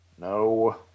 No